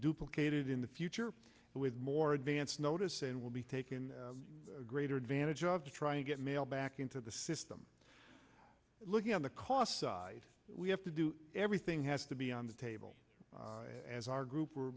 duplicated in the future with more advance notice and will be taken greater advantage of to try and get mail back into the system looking on the cost side we have to do everything has to be on the table as our group